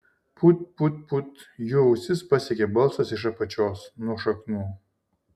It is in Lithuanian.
put put put jų ausis pasiekė balsas iš apačios nuo šaknų